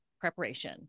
preparation